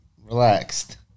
Relaxed